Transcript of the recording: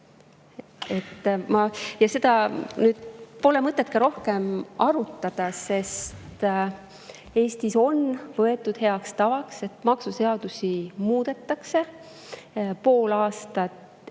nüüd ka mõtet rohkem arutada, sest Eestis on võetud heaks tavaks, et maksuseadusi muudetakse pool aastat ette.